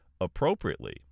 appropriately